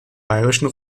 bayerischen